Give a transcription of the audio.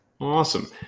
Awesome